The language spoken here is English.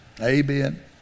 Amen